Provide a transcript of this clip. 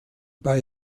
bei